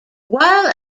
while